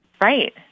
Right